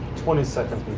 twenty seconds